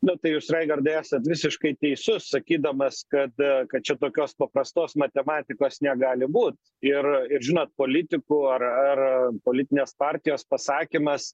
nu tai jūs raigardai esat visiškai teisus sakydamas kad kad čia tokios paprastos matematikos negali būt ir ir žinot politikų ar ar politinės partijos pasakymas